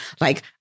Like-